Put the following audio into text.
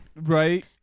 Right